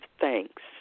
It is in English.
thanks